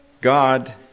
God